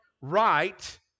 right